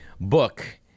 book